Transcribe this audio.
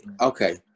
okay